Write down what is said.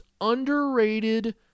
underrated